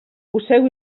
poseu